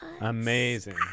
Amazing